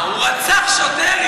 גברתי.